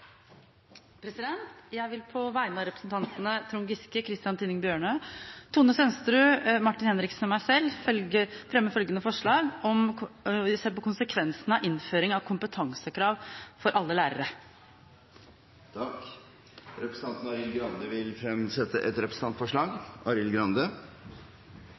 Jeg vil på vegne av representantene Trond Giske, Christian Tynning Bjørnø, Tone Merete Sønsterud, Martin Henriksen og meg selv fremme et representantforslag om å se på konsekvensene av innføringen av kompetansekrav for alle lærere. Representanten Arild Grande vil fremsette et representantforslag.